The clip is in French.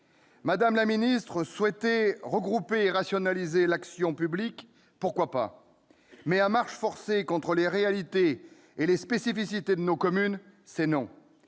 capables de gérer. Souhaiter regrouper et rationaliser l'action publique, pourquoi pas ? Mais à marche forcée contre les réalités et les spécificités de nos communes, c'est non